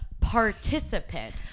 participant